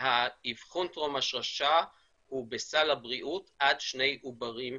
האבחון טרום השרשה הוא בסל הבריאות הוא עד שני עוברים,